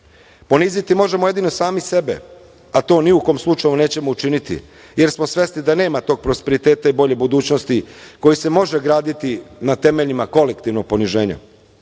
Poniziti možemo jedino sami sebe, a to ni u kom slučaju nećemo učiniti, jer smo svesni da nema tog prosperiteta i bolje budućnosti koja se može graditi na temeljima kolektivnog poniženja. Ponavljam,